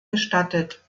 gestattet